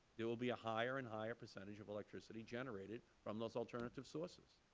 there will be a higher and higher percentage of electricity generated from those alternative sources.